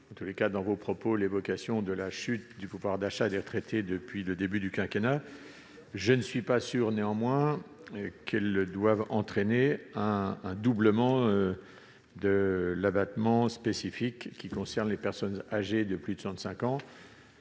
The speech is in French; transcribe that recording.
la sénatrice, vous évoquez la chute du pouvoir d'achat des retraités depuis le début du quinquennat. Je ne suis pas sûr néanmoins qu'elle doive entraîner un doublement de l'abattement spécifique qui concerne les personnes âgées de plus de 65 ans.